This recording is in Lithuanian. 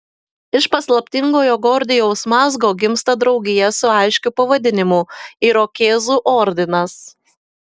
iš paslaptingojo gordijaus mazgo gimsta draugija su aiškiu pavadinimu irokėzų ordinas